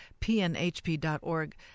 pnhp.org